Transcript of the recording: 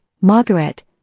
Margaret